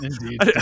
Indeed